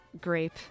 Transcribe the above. grape